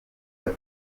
ati